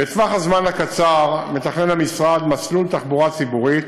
בטווח הזמן הקצר מתכנן המשרד מסלול תחבורה ציבורית